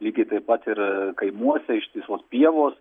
lygiai taip pat ir kaimuose ištisos pievos